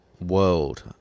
world